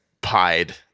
pied